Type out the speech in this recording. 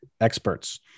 experts